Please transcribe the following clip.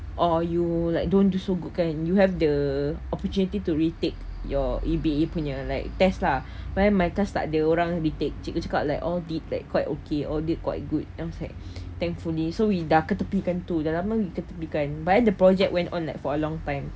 or you like don't do so good kan you have the opportunity to retake your E_B_A punya like test lah but then my class tak ada orang retake cikgu cakap like all did like quite okay all did quite good then I was like thankfully so we dah ketepikan tu dah lama diketepikan but then project went on like for a long time